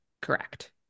correct